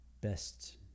best